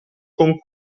con